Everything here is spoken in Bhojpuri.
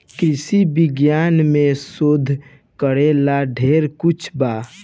कृषि विज्ञान में शोध करेला ढेर कुछ बा